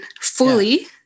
fully